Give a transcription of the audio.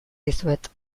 dizuet